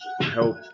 help